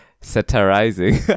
satirizing